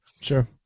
sure